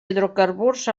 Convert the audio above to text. hidrocarburs